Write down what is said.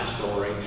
story